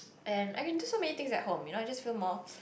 and I can do so many things at home you know I just feel more